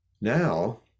Now